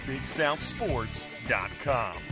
bigsouthsports.com